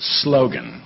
slogan